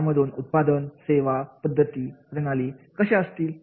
यामधून उत्पादन सेवा पद्धती प्रणाली कशा असतील